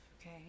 okay